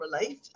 relief